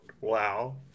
Wow